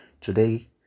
Today